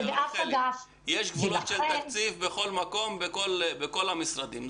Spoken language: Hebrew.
יש גבולות של תקציב בכל מקום ובכל המשרדים.